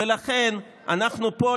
ולכן אנחנו פה,